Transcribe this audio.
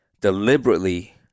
deliberately